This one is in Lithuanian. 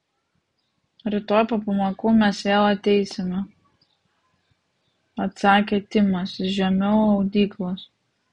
rytoj po pamokų mes vėl ateisime atsakė timas žemiau audyklos